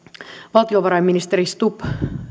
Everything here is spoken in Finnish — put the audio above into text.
valtiovarainministeri stubb